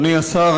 אדוני השר,